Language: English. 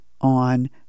on